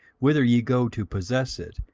whither ye go to possess it,